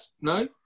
No